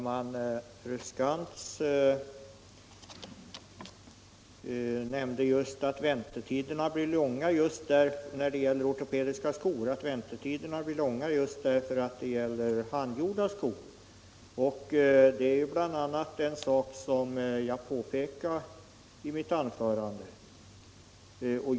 Herr talman! Fru Skantz nämnde i fråga om ortopediska skor att väntetiderna blir långa just därför att det gäller handgjorda skor. Det är ju en sak som jag bl.a. påpekade i mitt anförande.